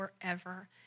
forever